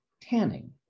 tanning